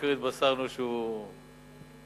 שהבוקר התבשרנו שהוא,